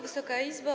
Wysoka Izbo!